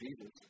Jesus